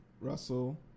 Russell